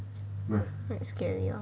quite scary hor